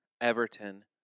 Everton